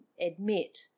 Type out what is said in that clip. admit